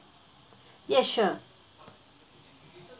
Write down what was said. yes sure